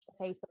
Facebook